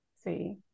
See